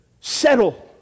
settle